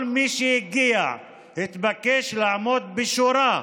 כל מי שהגיע התבקש לעמוד בשורה.